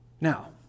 Now